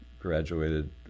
graduated